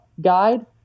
guide